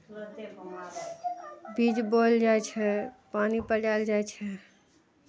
बीज बोअल जाइ छै पानि पटायल जाइ छै